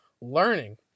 learning